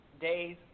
days